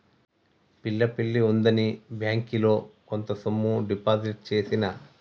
పిల్ల పెళ్లి ఉందని బ్యేంకిలో కొంత సొమ్ము డిపాజిట్ చేసిన